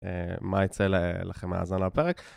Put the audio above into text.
מה יצא לכם מהאזנה הפרק?